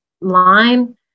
line